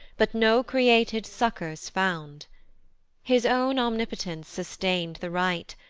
but no created succours found his own omnipotence sustain'd the right,